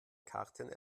karten